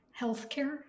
Healthcare